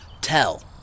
tell